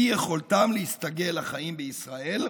אי-יכולתם להסתגל לחיים בישראל.